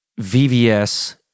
VVS